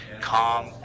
calm